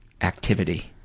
activity